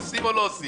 עושים או לא עושים?